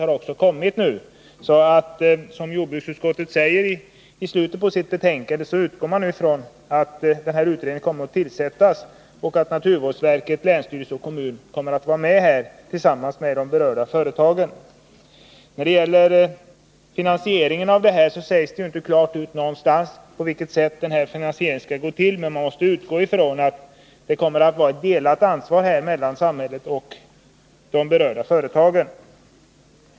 Jordbruksutskottet utgår därför ifrån, som det också står i slutet av betänkandet, att denna utredning kommer att tillsättas samt att naturvårdsverket, länsstyrelsen och kommunen skall samarbeta med de berörda företagen. Beträffande finansieringen sägs det inte någonstans klart ut hur den skall gå till, men man måste utgå från att det blir ett delat ansvar mellan samhället och de berörda företagen.